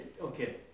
Okay